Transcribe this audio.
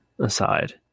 aside